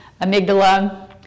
amygdala